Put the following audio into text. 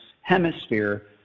hemisphere